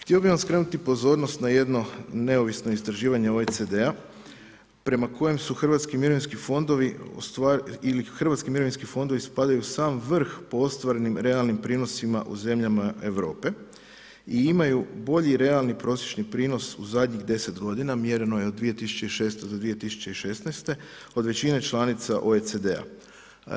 Htio bih vam skrenuti pozornost na jedno neovisno istraživanje OECD-a prema kojem su hrvatski mirovinski fondovi ili hrvatski mirovinski fondovi spadaju u sam vrh po ostvarenim realnim prinosima u zemljama Europe i imaju bolji realni prosječni prinos u zadnjih 10 godina, mjereno je od 2006. do 2016. od većine članica OECD-a.